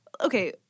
Okay